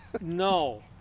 no